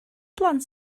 blant